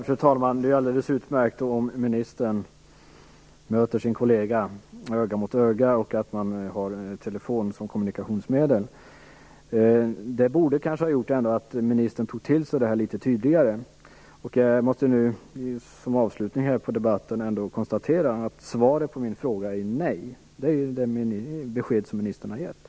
Fru talman! Det är alldeles utmärkt om ministern möter sin danske kollega öga mot öga och att man har telefonen som kommunikationsmedel. Det borde kanske ha fått ministern att ta till sig detta litet tydligare. Jag måste avslutningsvis konstatera att svaret på min fråga är nej. Det är ju det besked som ministern har gett.